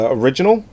original